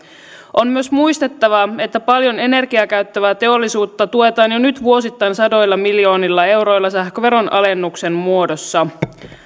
on myös muistettava että paljon energiaa käyttävää teollisuutta tuetaan jo nyt vuosittain sadoilla miljoonilla euroilla sähköveron alennuksen muodossa